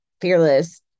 fearless